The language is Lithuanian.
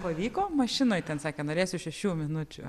pavyko mašinoj ten sakė norėsiu šešių minučių